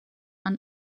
and